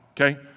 okay